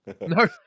No